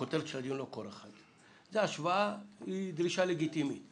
הכותרת של הדיון --- ההשוואה היא דרישה לגיטימית,